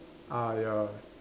ah ya